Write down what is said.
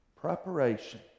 Preparation